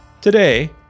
Today